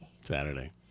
Saturday